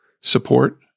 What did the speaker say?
support